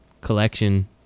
collection